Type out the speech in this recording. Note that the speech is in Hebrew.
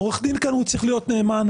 עורך הדין כאן צריך להיות נאמן.